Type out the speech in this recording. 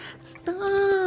Stop